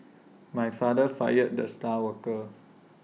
my father fired the star worker